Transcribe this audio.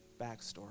backstory